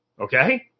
okay